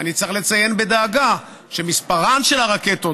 ואני צריך לציין בדאגה שמספרן של הרקטות